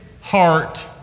heart